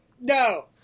No